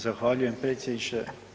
Zahvaljujem predsjedniče.